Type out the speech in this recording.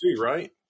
right